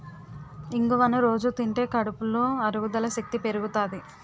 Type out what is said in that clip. ఇంగువను రొజూ తింటే కడుపులో అరుగుదల శక్తి పెరుగుతాది